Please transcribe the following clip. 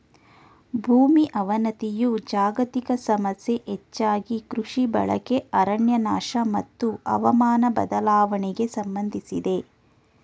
ಭೂಮಿ ಅವನತಿಯು ಜಾಗತಿಕ ಸಮಸ್ಯೆ ಹೆಚ್ಚಾಗಿ ಕೃಷಿ ಬಳಕೆ ಅರಣ್ಯನಾಶ ಮತ್ತು ಹವಾಮಾನ ಬದಲಾವಣೆಗೆ ಸಂಬಂಧಿಸಿದೆ